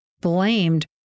blamed